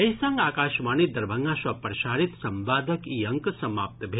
एहि संग आकाशवाणी दरभंगा सँ प्रसारित संवादक ई अंक समाप्त भेल